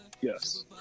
Yes